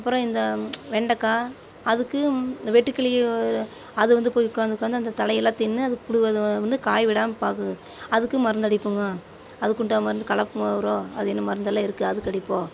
அப்புறம் இந்த வெண்டைக்கா அதுக்கும் இந்த வெட்டிக்கிளி அது வந்து போய் உக்கார்ந்து உக்கார்ந்து அந்த தழையெல்லாம் தின்று அது புழு அது வந்து காய் விடாமல் பார்க்குது அதுக்கும் மருந்து அடிப்போம்ங்க அதுக்குண்டான மருந்து கலப்பு உரம் அது என்ன மருந்தெல்லாம் இருக்குது அதுக்கு அடிப்போம்